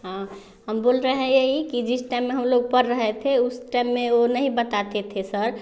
हाँ हम बोल रहे हैं यही कि जिस टाइम में हम लोग पढ़ रहे थे उस टाइम में वह नहीं बताते थे सर